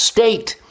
State